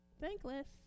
Thankless